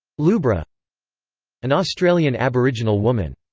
lubra an australian aboriginal woman.